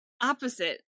opposite